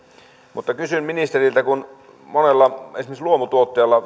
mutta kysyn ministeriltä kun esimerkiksi monella luomutuottajalla